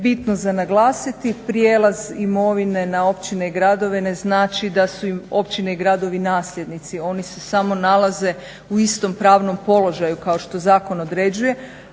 bitno za naglasiti prijelaz imovine na općine i gradove ne znači da su im općine i gradovi nasljednici. Oni se samo nalaze u istom pravnom položaju kao što zakon određuje,